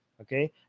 okay